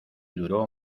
duró